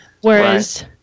Whereas